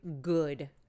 good